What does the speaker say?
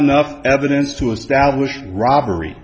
enough evidence to establish robber